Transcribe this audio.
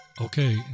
Okay